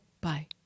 bye